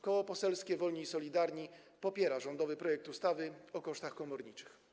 Koło Poselskie Wolni i Solidarni popiera rządowy projekt ustawy o kosztach komorniczych.